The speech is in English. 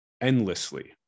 endlessly